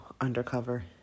undercover